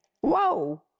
Whoa